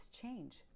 change